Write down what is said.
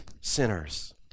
sinners